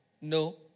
No